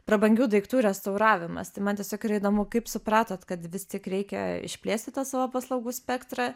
prabangių daiktų restauravimas tai man tiesiog yra įdomu kaip supratot kad vis tik reikia išplėsti tą savo paslaugų spektrą